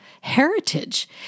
heritage